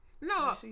No